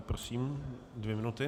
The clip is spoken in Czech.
Prosím, dvě minuty.